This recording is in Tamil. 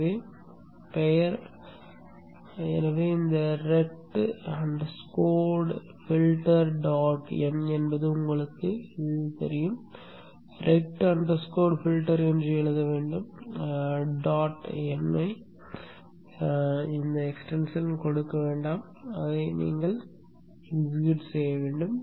எனவே பெயர் rect underscore filter dot m என்பது எங்களுக்குத் தெரியும் இது ரெக்ட் அண்டர்ஸ்கோர் ஃபில்டர் என்று எழுத வேண்டும் டாட் m நீட்டிப்பைக் கொடுக்க வேண்டாம் அதை இயக்கவும்